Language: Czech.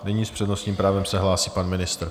Nyní s přednostním právem se hlásí pan ministr.